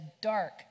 dark